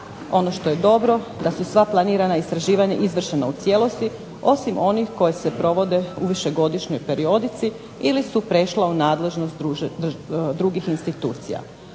Ono što je dobro da su sva planirana istraživanja izvršena u cijelosti, osim onih koji se provode u višegodišnjoj periodici ili su prešla u nadležnost drugih institucija.